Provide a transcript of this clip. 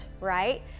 right